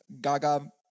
Gaga